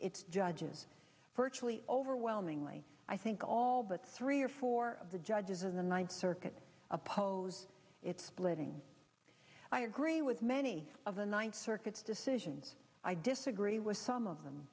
its judges virtually overwhelmingly i think all but three or four of the judges in the ninth circuit oppose it splitting i agree with many of the ninth circuit's decisions i disagree with some of them